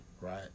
right